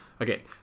Okay